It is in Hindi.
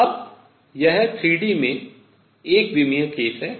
अब यह 3D में एक विमीय केस है